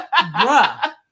bruh